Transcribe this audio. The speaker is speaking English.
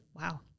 wow